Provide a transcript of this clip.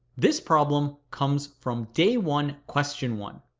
this problem comes from day one question one